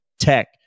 tech